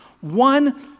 one